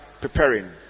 preparing